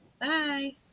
Bye